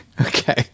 Okay